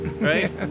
right